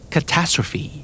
Catastrophe